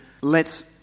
lets